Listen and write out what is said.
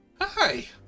Hi